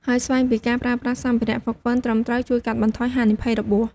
ហើយស្វែងពីការប្រើប្រាស់សម្ភារៈហ្វឹកហ្វឺនត្រឹមត្រូវជួយកាត់បន្ថយហានិភ័យរបួស។